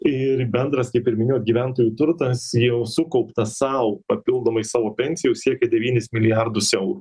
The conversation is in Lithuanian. ir bendras kaip ir minėjot gyventojų turtas jau sukauptas sau papildomai savo pensija jau siekė devynis milijardus eurų